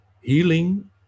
healing